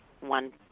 one